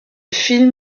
film